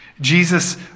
Jesus